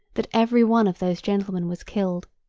that every one of those gentlemen was killed,